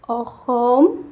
Assam